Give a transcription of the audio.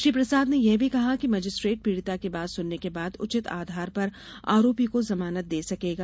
श्री प्रसाद ने यह भी कहा कि मजिस्ट्रेट पीड़िता की बात सुनने के बाद उचित आधार पर आरोपी को जमानत दे सकेगा